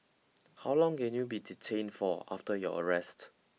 how long can you be detained for after your arrest